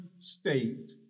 State